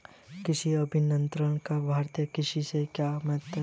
कृषि अभियंत्रण का भारतीय कृषि में क्या महत्व है?